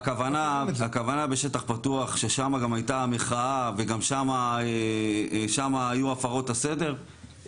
הכוונה בשטח פתוח ששמה גם הייתה המחאה וגם שמה היו הפרות הסדר,